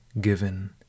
given